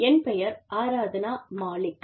என் பெயர் ஆராத்னா மாலிக்